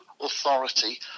authority